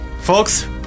Folks